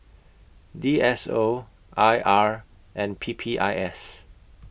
D S O I R and P P I S